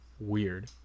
weird